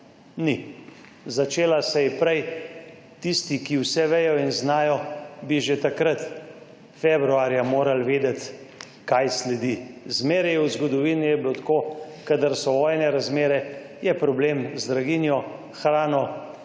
Ni. Začela se je prej. Tisti, ki vse vejo in znajo, bi že februarja morali vedeti, kaj sledi. Zmeraj v zgodovini je bilo tako, kadar so vojne razmere, je problem z draginjo, hrano,